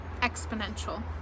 exponential